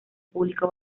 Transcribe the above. público